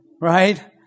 right